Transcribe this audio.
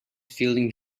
feeling